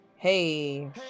Hey